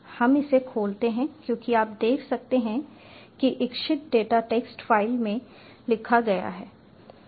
हम इसे खोलते हैं क्योंकि आप देख सकते हैं कि इच्छित डेटा टेक्स्ट फ़ाइल में लिखा गया है